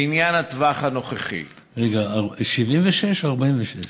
בעניין התוואי הנוכחי, זה 76 או 46?